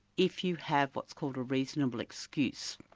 if you have what's called a reasonable excuse,